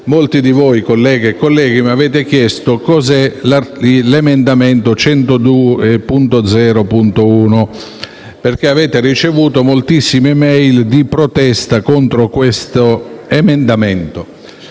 Molti di voi, colleghe e colleghi, mi hanno chiesto cosa prevede l'emendamento 102.0.1, perché avete ricevuto moltissime *e-mail* di protesta contro di esso. Questo emendamento